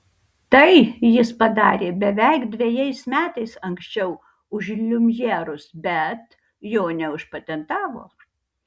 tai jis padarė beveik dvejais metais anksčiau už liumjerus bet jo neužpatentavo